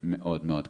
מאוד מאוד קיצוניים.